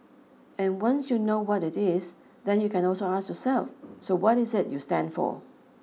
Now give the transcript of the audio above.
and once you know what it is then you can also ask yourself so what is it you stand for